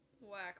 Whack